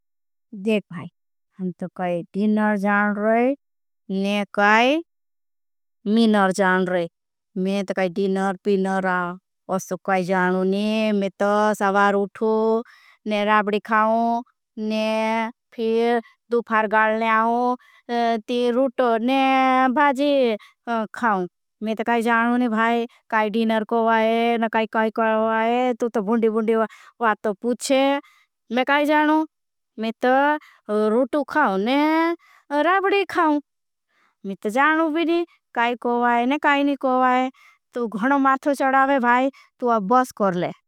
मुस्ते ऐसा काई जौनर मक कोई जौनर लके अगर डिनार हैं। दिनार जाओंर में चाहती हैआ। बायबाई में डिनार पी जाउन। जाओंर में जाओं का डिनार देशा क्सूगै खैऊन डुफार दो से। चलेंगा ती रूटो ने भाजी खाऊँ में ता काई जानू नहीं भाई काई। डीनर को वाए न काई काई को वाए तू तो भुंडी भूडी वा वातो। पूछे मैं काई जानू मैं ता रूटो खाँने राबडी खाँ में ता जानू भीनी।